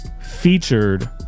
featured